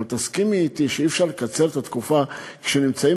אבל תסכימי אתי שאי-אפשר לקצר את התקופה כשנמצאים